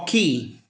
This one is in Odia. ପକ୍ଷୀ